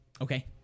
Okay